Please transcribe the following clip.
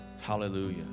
Hallelujah